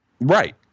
Right